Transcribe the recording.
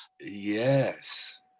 yes